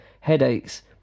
headaches